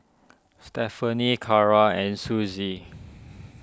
Stephani Carra and Suzy